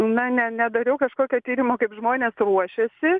na ne nedariau kažkokio tyrimo kaip žmonės ruošiasi